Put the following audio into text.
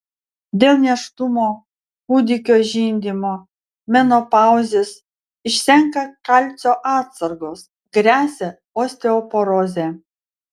dėl nėštumo kūdikio žindymo menopauzės išsenka kalcio atsargos gresia osteoporozė